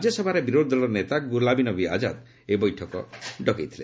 ରାଜ୍ୟସଭାରେ ବିରୋଧୀ ଦଳ ନେତା ଗୁଲାମନବୀ ଆଜାଦ ଏହି ବୈଠକ ଡକାଇଥିଲେ